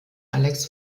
alex